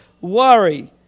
worry